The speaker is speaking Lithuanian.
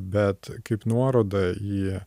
bet kaip nuoroda į